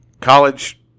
college